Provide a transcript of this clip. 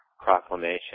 proclamation